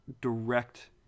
direct